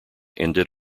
ended